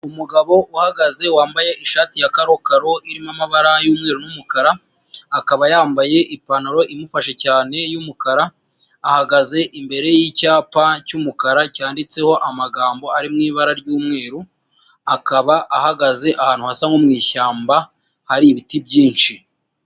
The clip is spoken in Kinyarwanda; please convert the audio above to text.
Umugabo uhagaze wambaye ishati ya karokaro irimo amabara y'umweru n'umukara, akaba yambaye ipantaro imufashe cyane y'umukara ahagaze imbere y'icyapa cy'umukara cyanditseho amagambo ari mu ibara ry'umweru, akaba ahagaze ahantu hasa nko mu ishyamba hari ibiti byinshi.